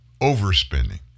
overspending